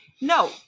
No